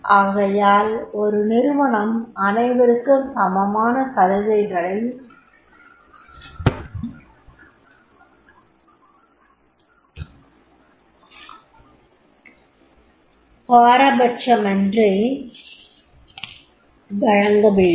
ஆகையால் ஒரு நிறுவனம் அனைவருக்கும் சமமான சலுகைகளை பாரபச்சமின்றி வழங்கவேண்டும்